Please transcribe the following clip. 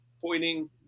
pointing